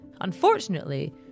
Unfortunately